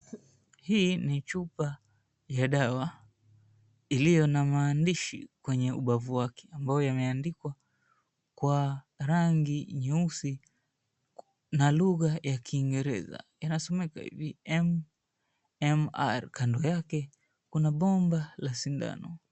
Hii ni chupa ya dawa ilio na maandishi kwenye ubavu wake ambayo yameandikwa kwa rangi nyeusi na lugha ya kiingereza. Yanasomeka hivi MMR, kando yake kuna bomba la sindano.